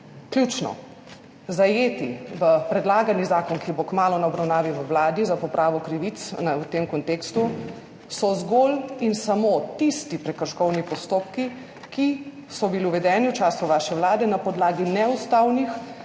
Ključno zajeti v predlagani zakon, ki bo kmalu na obravnavi na vladi, za popravo krivic v tem kontekstu so zgolj in samo tisti prekrškovni postopki, ki so bili uvedeni v času vaše vlade na podlagi neustavnih